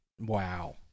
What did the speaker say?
wow